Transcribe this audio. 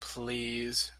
please